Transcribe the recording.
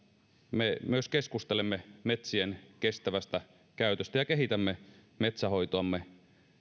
me myös keskustelemme metsien kestävästä käytöstä ja kehitämme metsänhoitoamme